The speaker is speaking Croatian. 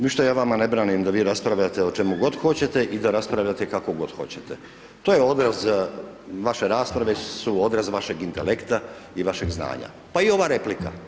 Ništa ja vama ne branim da vi raspravljate o čemu god hoćete i da raspravljate kako god hoćete, to je odraz, vaše rasprave su odraz vašeg intelekta i vašeg znanja pa i ova replika.